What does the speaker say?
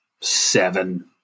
seven